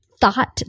thought